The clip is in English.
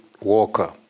Walker